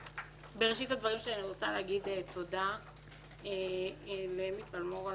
בראשית הדברים שלי אני רוצה להגיד תודה לאמי פלמור,